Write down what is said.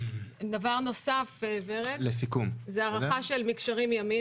דבר נוסף זה הארכה של מקשרים ימיים